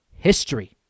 History